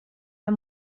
der